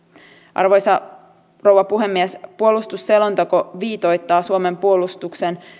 arvoisa rouva puhemies puolustusselonteko viitoittaa suomen puolustuksen